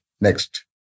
Next